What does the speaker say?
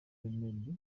meddie